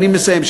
אני מסיים.